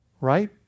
Right